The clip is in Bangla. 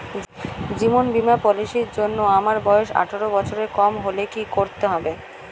জীবন বীমা পলিসি র জন্যে আমার বয়স আঠারো বছরের কম হলে কি করতে হয়?